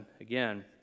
again